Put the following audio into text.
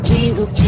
Jesus